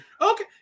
okay